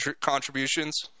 contributions